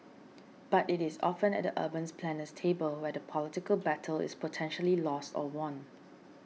but it is often at the urban planner's table where the political battle is potentially lost or won